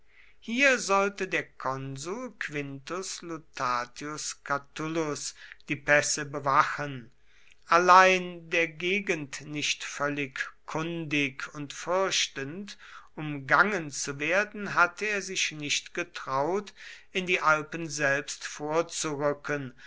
hier sollte der konsul quintus lutatius catulus die pässe bewachen allein der gegend nicht völlig kundig und fürchtend umgangen zu werden hatte er sich nicht getraut in die alpen selbst vorzurücken